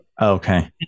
Okay